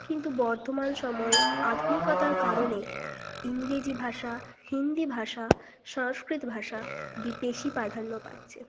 কিন্তু বর্তমান সময়ে আধুনিকতার কারণে ইংরেজি ভাষা হিন্দি ভাষা সংস্কৃত ভাষা বেশি প্রাধান্য পাচ্ছে